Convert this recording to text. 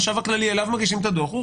לחשב הכללי מגישים את הדוח.